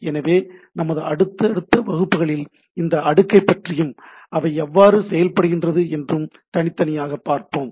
எனவே நமது அடுத்தடுத்த வகுப்புகளில் இந்த அடுக்கை பற்றியும் அவை எவ்வாறு செயல்படுகிறது என்றும் தனித்தனியாக பார்ப்போம்